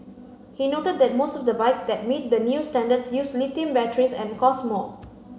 he noted that most of the bikes that meet the new standards use lithium batteries and cost more